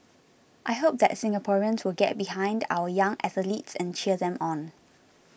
I hope that Singaporeans will get behind our young athletes and cheer them on